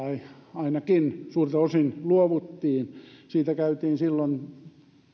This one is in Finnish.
ainakin suurelta osin luovuttiin siitä käytiin silloin